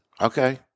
Okay